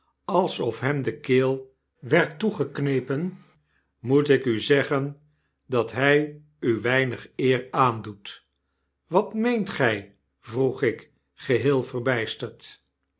alsof hem de keel werd toegeknepen moetik u zeggen dat hij u weinig eer aandoet wat meent gy vroeg ik geheel verbysterd